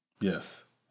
Yes